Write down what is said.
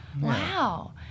Wow